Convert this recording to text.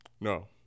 No